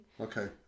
okay